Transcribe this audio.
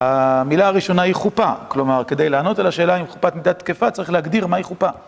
המילה הראשונה היא חופה, כלומר כדי לענות על השאלה אם חופת נידה תקפה צריך להגדיר מה היא חופה